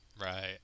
Right